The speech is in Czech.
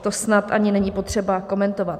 To snad ani není potřeba komentovat.